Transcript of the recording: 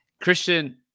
christian